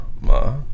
ma